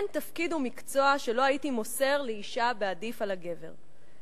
אין תפקיד ומקצוע שלא הייתי מוסר לאשה בעדיף על הגבר,